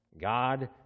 God